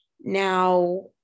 now